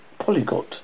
polygot